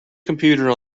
computer